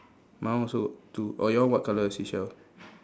mine also two oh your one what colour seashell